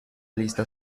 lista